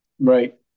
Right